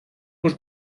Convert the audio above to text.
бүр